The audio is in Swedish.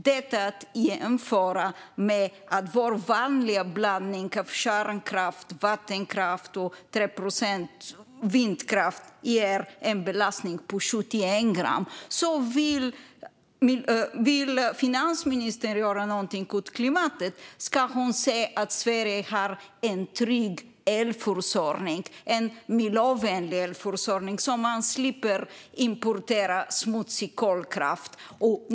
Detta ska jämföras med att vår vanliga blandning av kärnkraft, vattenkraft och 3 procent vindkraft ger en belastning på 71 gram. Vill finansministern göra någonting åt klimatet ska hon se till att Sverige har en trygg och miljövänlig elförsörjning, så att man slipper importera smutsig kolkraft.